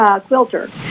quilter